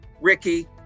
Ricky